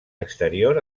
exterior